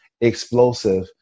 explosive